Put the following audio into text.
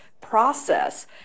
process